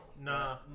Nah